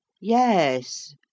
Yes